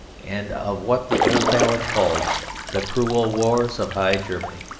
and of what the old ballad called the cruel wars of high germanie.